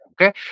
Okay